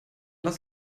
lass